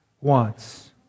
wants